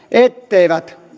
ei